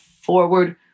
forward